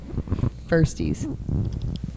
Firsties